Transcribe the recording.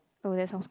oh that sounds